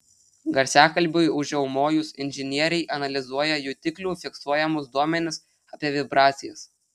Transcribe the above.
garsiakalbiui užriaumojus inžinieriai analizuoja jutiklių fiksuojamus duomenis apie vibracijas